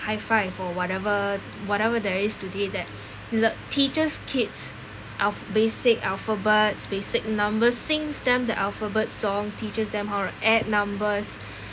hi five or whatever whatever there is today that le~ teaches kids of basic alphabet's basic numbers sings them the alphabet song teaches them how to add numbers